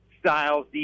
styles